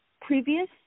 previous